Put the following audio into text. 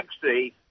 taxi